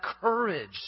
courage